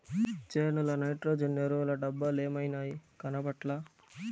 చేనుల నైట్రోజన్ ఎరువుల డబ్బలేమైనాయి, కనబట్లా